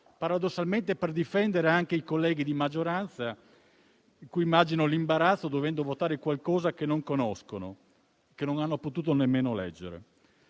paradossalmente per difendere anche i colleghi di maggioranza, di cui immagino l'imbarazzo, dovendo votare qualcosa che non conoscono, che non hanno potuto nemmeno leggere.